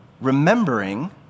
remembering